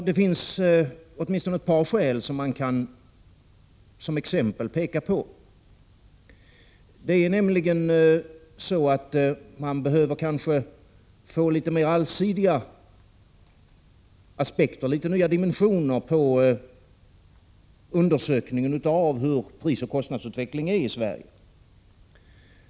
Det finns åtminstone ett par skäl som man som exempel kan peka på. Man behöver t.ex. kanske få litet mer allsidiga aspekter och nya dimensioner på undersökningen av hur prisoch kostnadsutvecklingen är i Sverige.